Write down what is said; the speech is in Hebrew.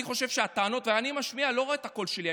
אני משמיע לא רק את הקול שלי,